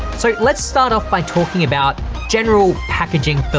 so let's start off by talking about general packaging but